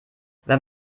wenn